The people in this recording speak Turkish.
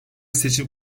seçim